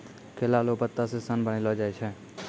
केला लो पत्ता से सन बनैलो जाय छै